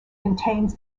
contains